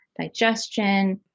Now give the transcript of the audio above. digestion